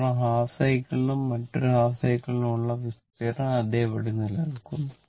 കാരണം ഹാഫ് സൈക്കിളിനും മറ്റൊരു ഹാഫ് സൈക്കിളിനുമുള്ള വിസ്തീർണ്ണം അതേപടി നിലനിൽക്കുന്നു